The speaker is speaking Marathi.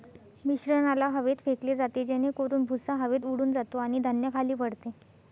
मिश्रणाला हवेत फेकले जाते जेणेकरून भुसा हवेत उडून जातो आणि धान्य खाली पडते